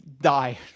die